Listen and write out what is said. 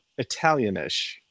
Italianish